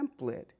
template